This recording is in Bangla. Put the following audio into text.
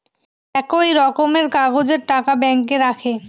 একই রকমের কাগজের টাকা ব্যাঙ্কে রাখে